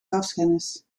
grafschennis